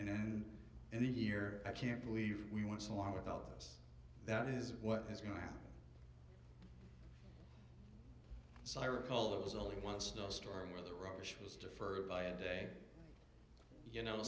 and end the year i can't believe we want so long without us that is what is going to happen so i recall there was only one star store where the rush was deferred by a day you know